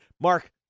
Mark